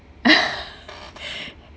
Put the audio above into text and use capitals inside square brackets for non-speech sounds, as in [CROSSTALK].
[LAUGHS]